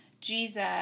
Jesus